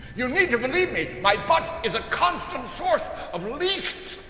you need to believe me my butt is a constant source of leaks!